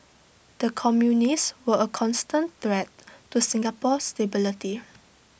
the communists were A constant threat to Singapore's stability